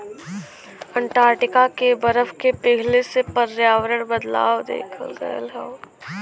Antarctica के बरफ के पिघले से पर्यावरण में बदलाव देखल गयल हौ